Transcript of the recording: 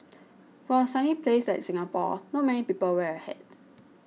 for a sunny place like Singapore not many people wear a hat